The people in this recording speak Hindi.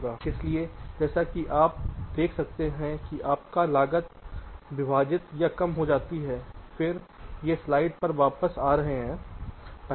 इसलिए जैसा कि आप देख सकते हैं कि आपका लागत विभाजित या कम हो जाती है फिर से स्लाइड पर वापस आ रहा है